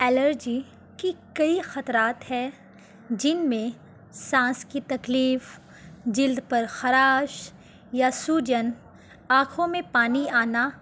allergy کی کئی خطرات ہے جن میں سانس کی تکلیف جلد پر خراش یا سوجن آنکھوں میں پانی آنا